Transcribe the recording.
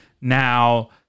Now